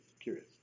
curious